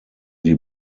die